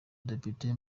depite